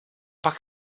pak